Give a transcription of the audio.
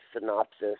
synopsis